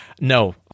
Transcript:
No